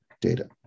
data